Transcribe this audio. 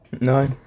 No